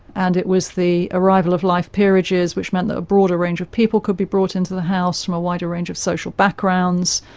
and it was the arrival of life peerages which meant that a broader range of people could be brought into the house from a wider range of social backgrounds,